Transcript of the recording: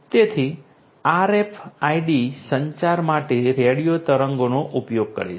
તેથી RFID સંચાર માટે રેડિયો તરંગોનો ઉપયોગ કરે છે